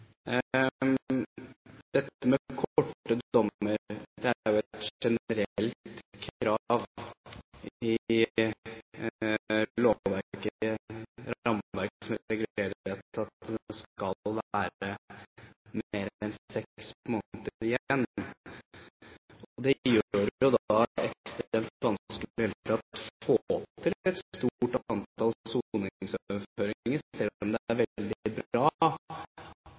dette med korte dommer: Det er et generelt krav i lovverket – rammeverket som regulerer dette – at det skal være mer enn seks måneder igjen av dommen. Det gjør det ekstremt vanskelig i det hele tatt å få til et stort antall soningsoverføringer, selv om det er veldig bra